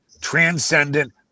transcendent